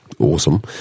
awesome